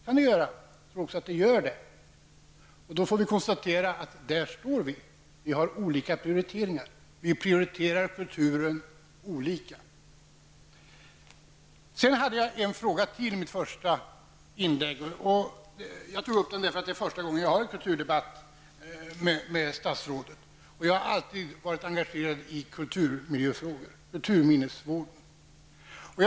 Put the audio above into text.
Och jag tror också att det gör det. Då får vi konstatera att vi står där och att vi gör olika prioriteringar. Vi prioriterar kulturen olika. Jag hade i mitt första inlägg ytterligare en fråga. Jag tog upp den eftersom det är första gången som jag debatterar kultur med statsrådet. Jag har alltid varit engagerad i kulturmiljöfrågor och i kulturminnesvården.